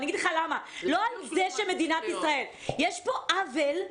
אגיד לך למה, יש פה עוול.